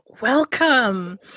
welcome